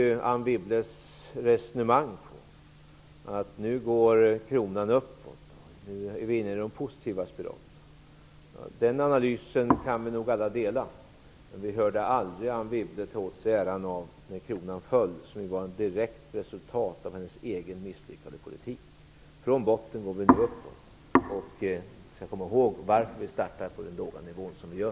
Anne Wibbles resonemang att kronan går upp och att vi är inne i en positiv spiral är en analys som vi nog alla kan dela, men vi hörde inte Anne Wibble ta åt sig äran av att kronan föll, vilket var ett direkt resultat av hennes egen misslyckade politik. Från botten går vi uppåt. Vi skall komma ihåg varför vi startar på en så låg nivå som vi gör.